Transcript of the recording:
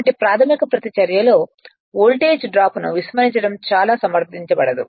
కాబట్టి ప్రాధమిక రియాక్టన్స్లో వోల్టేజ్ డ్రాప్ను విస్మరించడం చాలా సమర్థించబడదు